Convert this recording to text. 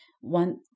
one